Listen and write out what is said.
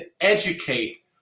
educate